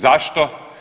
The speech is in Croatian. Zašto?